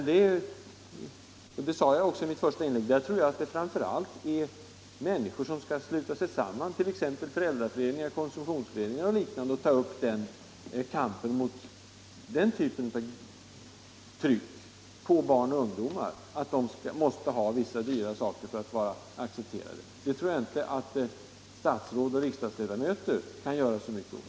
Jag sade i mitt första inlägg att jag hoppas att människor i sådana sam manhang skall sluta sig samman, i t.ex. föräldraföreningar och kon Nr 116 sumtionsföreningar, och ta upp kampen mot den typen av tryck, näm Tisdagen den ligen att barn och ungdomar måste ha vissa dyra saker för att bli 4 maj 1976 accepterade. Det tror jag inte statsråd och riksdagsledamöter kan göra — så mycket åt.